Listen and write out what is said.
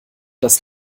das